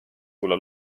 tulla